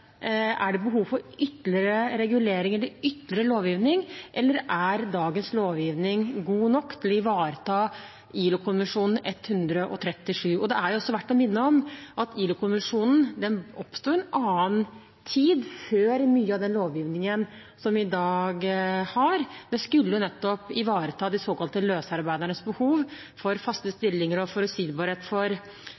Er det behov for ytterligere reguleringer i ytre lovgivning, eller er dagens lovgivning god nok til å ivareta ILO-konvensjon 137? Det er også verdt å minne om at ILO-konvensjonen oppsto i en annen tid, før mye av den lovgivningen som vi i dag har. Den skulle nettopp ivareta de såkalte løsarbeidernes behov for faste